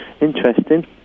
Interesting